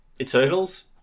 Eternals